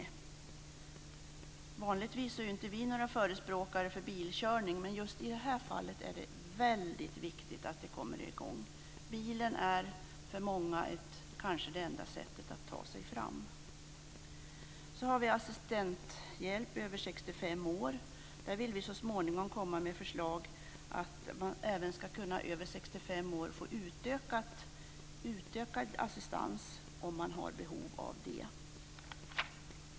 Vi är vanligtvis inte några förespråkare för bilkörning, men just i det här fallet är det väldigt viktigt att det kommer i gång. För många är bilen kanske det enda sättet att ta sig fram. Så har vi assistenthjälp för personer som är över 65 år. Där vill vi så småningom komma med förslaget att man ska kunna få utökad assistans även om man är över 65 år, om man har behov av det.